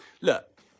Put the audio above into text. look